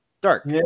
dark